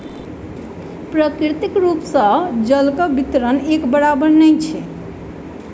प्राकृतिक रूप सॅ जलक वितरण एक बराबैर नै अछि